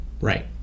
Right